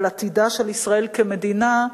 על עתידה של ישראל כמדינה,